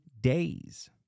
days